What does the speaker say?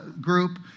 group